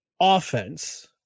offense